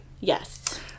Yes